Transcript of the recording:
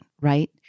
right